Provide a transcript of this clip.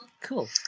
Cool